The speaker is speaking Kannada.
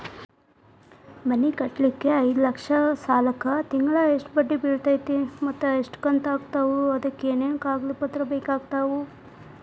ಮನಿ ಕಟ್ಟಲಿಕ್ಕೆ ಐದ ಲಕ್ಷ ಸಾಲಕ್ಕ ತಿಂಗಳಾ ಎಷ್ಟ ಬಡ್ಡಿ ಬಿಳ್ತೈತಿ ಮತ್ತ ಎಷ್ಟ ಕಂತು ಆಗ್ತಾವ್ ಅದಕ ಏನೇನು ಕಾಗದ ಪತ್ರ ಬೇಕಾಗ್ತವು?